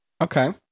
Okay